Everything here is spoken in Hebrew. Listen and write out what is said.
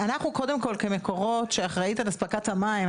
אנחנו קודם כל כ-"מקורות" שאחראית על אספקת המים,